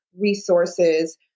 resources